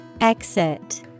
Exit